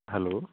hello